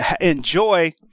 enjoy